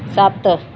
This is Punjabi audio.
ਸੱਤ